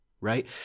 right